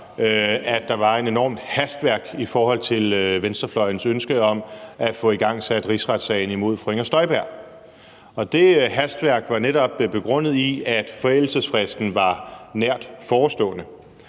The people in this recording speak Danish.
at der var et enormt hastværk i forhold til venstrefløjens ønske om at få igangsat rigsretssagen imod fru Inger Støjberg. Det hastværk var netop begrundet i, at forældelsesfristen var nært forestående.